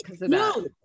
no